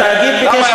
למה?